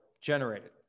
generated